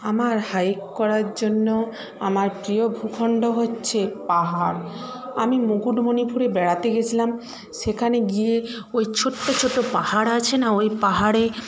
আমার হাইক করার জন্য আমার প্রিয় ভূখণ্ড হচ্ছে পাহাড় আমি মুকুটমণিপুরে বেড়াতে গেছিলাম সেখানে গিয়ে ওই ছোট্ট ছোট্ট পাহাড় আছে না ওই পাহাড়ে